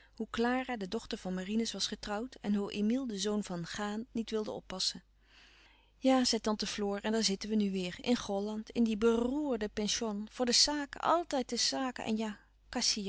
hoe clara de dochter van marinus was getrouwd en hoe emile de zoon van chaan niet wilde oppassen ja zei tante floor en daar zitten we nu weêr in gholland in die bererrrde pension voor de saken altijd de saken en ja